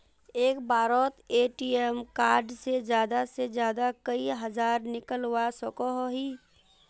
एक बारोत ATM card से ज्यादा से ज्यादा कई हजार निकलवा सकोहो ही?